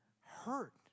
hurt